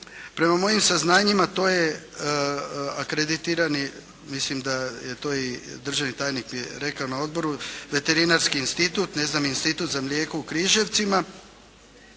Prema mojim saznanjima to je akreditirani, mislim da je to i državni tajnik rekao na odboru, Veterinarski institut, Institut za mlijeko u Križevcima.